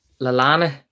Lalana